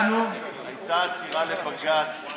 הייתה עתירה לבג"ץ,